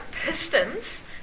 pistons